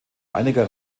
einiger